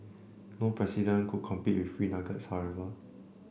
no president could compete with free nuggets however